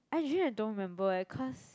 actually I don't remember eh cause